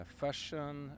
fashion